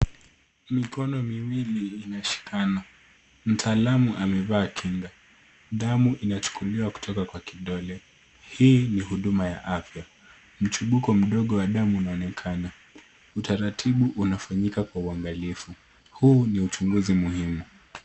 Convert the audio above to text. Mikono miwili inashikana. Mtaalamu amevaa kinga. Damu inachukuliwa kutoka kwa kidole. Hii ni huduma ya afya. Mchibuko mdogo wa damu unaonekana. Utaratibu unafanyika kwa uangalifu. Huu ni uchunguzi muhimu.